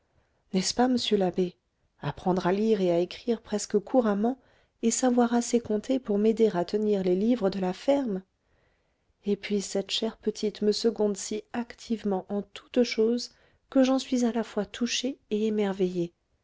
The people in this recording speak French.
n'est-ce pas monsieur l'abbé apprendre à lire et à écrire presque couramment et savoir assez compter pour m'aider à tenir les livres de la ferme et puis cette chère petite me seconde si activement en toutes choses que j'en suis à la fois touchée et émerveillée